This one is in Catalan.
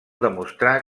demostrar